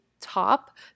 top